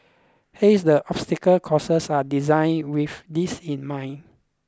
hence the obstacle courses are designed with this in mind